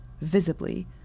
visibly